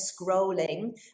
scrolling